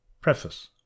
Preface